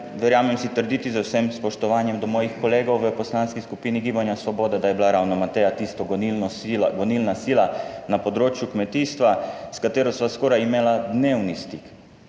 verjamem si trditi, z vsem spoštovanjem do mojih kolegov v Poslanski skupini Gibanja Svoboda, da je bila ravno Mateja tisto gonilna sila na področju kmetijstva, s katero sva skoraj imela dnevni stik,